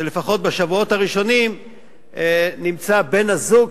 שלפחות בשבועות הראשונים נמצא עמם בן-הזוג,